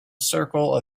circle